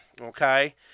okay